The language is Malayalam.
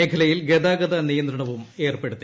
മേഖലയിൽ ഗതാഗത നിയന്ത്രണവും ഏർപ്പെടുത്തി